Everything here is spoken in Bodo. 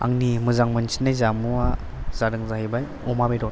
आंनि मोजां मोनसिननाय जामुवा जादों जाहैबाय अमा बेदर